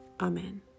Amen